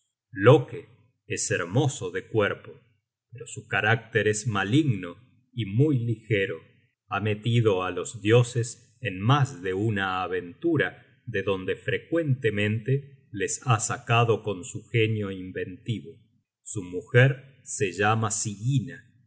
hermanos loke es hermoso de cuerpo pero su carácter es maligno y muy ligero ha metido á los dioses en mas de una aventura de donde frecuentemente les ha sacado con su genio inventivo su mujer se llama sigyna